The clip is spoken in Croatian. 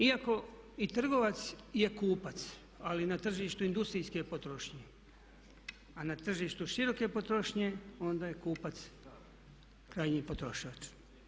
Iako i trgovac je kupac, ali na tržištu industrijske potrošnje, a na tržištu široke potrošnje onda je kupac krajnji potrošač.